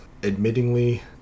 admittingly